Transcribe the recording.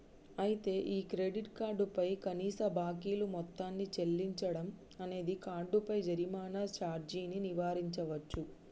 అయితే ఈ credit card పై కనీస బాకీలు మొత్తాన్ని చెల్లించడం అనేది కార్డుపై జరిమానా సార్జీని నివారించవచ్చు